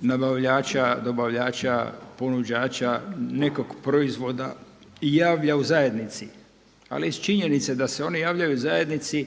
nabavljača, dobavljača, ponuđača nekog proizvoda javlja u zajednici. Ali iz činjenice da se oni javljaju u zajednici